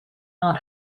not